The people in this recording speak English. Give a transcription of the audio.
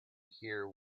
hear